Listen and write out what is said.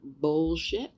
bullshit